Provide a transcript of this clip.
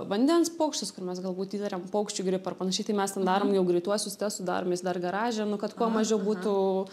vandens paukštis kur mes galbūt įtariam paukščių gripą ar panašiai tai mes ten darom jau greituosius testus daromės dar garaže nu kad kuo mažiau būtų